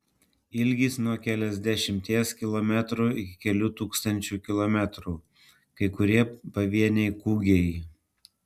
ilgis nuo keliasdešimties kilometrų iki kelių tūkstančių kilometrų kai kurie pavieniai kūgiai